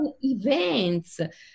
events